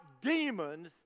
demons